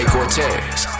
Cortez